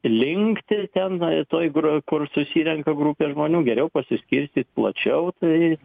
linkti ten toj gro kur susirenka grupė žmonių geriau pasiskirstyt plačiau tai